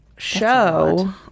show